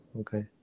okay